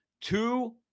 two